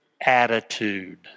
attitude